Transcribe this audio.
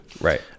Right